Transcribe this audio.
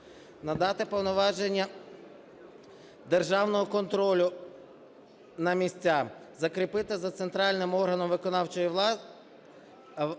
Надати повноваження державного контролю на місця. Закріпити за центральним органом виконавчої влади,